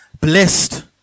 Blessed